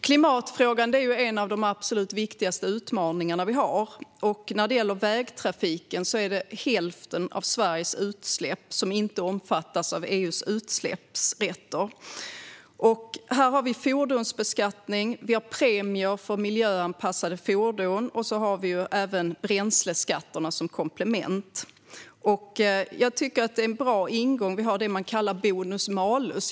Klimatfrågan är en av de absolut viktigaste utmaningar som vi har. När det gäller vägtrafiken omfattas hälften av trafiken inte av EU:s utsläppsrätter. Här har vi fordonsbeskattning och premier för miljöanpassade fordon och dessutom bränsleskatterna som komplement. En bra ingång är det som kallas bonus-malus.